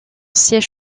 siège